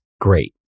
great